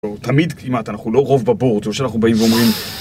תמיד, כמעט, אנחנו לא רוב בבורד, זה לא שאנחנו באים ואומרים...